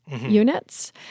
units